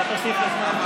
אתה תוסיף לי זמן,